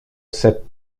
cette